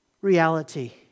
reality